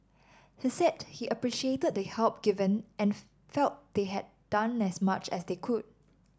he said he appreciated the help given and felt they had done as much as they could